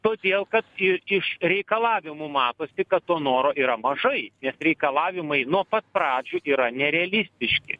todėl kad ir iš reikalavimų matosi kad to noro yra mažai nes reikalavimai nuo pat pradžių yra nerealistiški